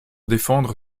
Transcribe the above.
défendre